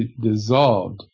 dissolved